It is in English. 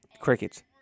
Crickets